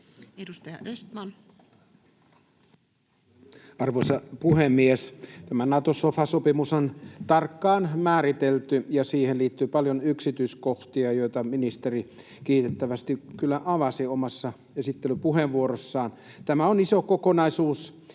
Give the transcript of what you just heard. Content: Arvoisa puhemies! Tämä Nato-sofa-sopimus on tarkkaan määritelty, ja siihen liittyy paljon yksityiskohtia, joita ministeri kiitettävästi kyllä avasi omassa esittelypuheenvuorossaan. Tämä on iso kokonaisuus,